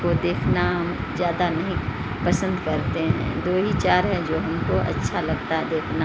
کو دیکھنا ہم زیادہ نہیں پسند کرتے ہیں دو ہی چار ہے جو ہم کو اچھا لگتا ہے دیکھنا